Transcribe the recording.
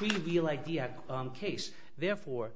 reveal idea case therefore